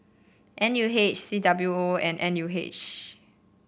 N U H C W O and N U H